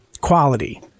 quality